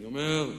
אני אומר,